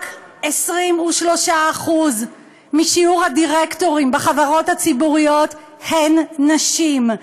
רק 23% מהדירקטורים בחברות הציבוריות הם נשים,